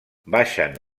baixen